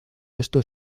esto